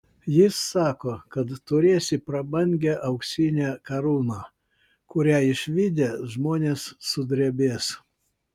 jis sako kad turėsi prabangią auksinę karūną kurią išvydę žmonės sudrebės